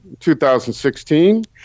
2016